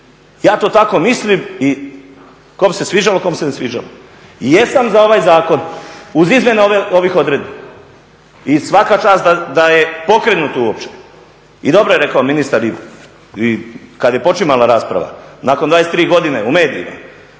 Ja to tako mislim i kom se sviđalo, kom se ne sviđalo. Jesam za ovaj zakon uz izmjene ovih odredbi i svaka čast da je pokrenut uopće. I dobro je rekao ministar kada je počinjala rasprava nakon 23 godine u medijima,